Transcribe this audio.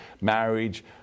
marriage